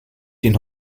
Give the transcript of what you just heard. den